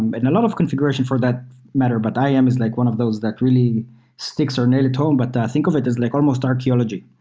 and but and a lot of configuration for that matter, but iam um is like one of those that really sticks or nail it home, but think of it as like almost archeology.